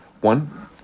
One